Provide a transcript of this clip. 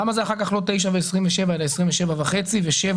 למה אחר כך זה לא 9 ו-27 אלא 27.5 ו-7,